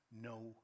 no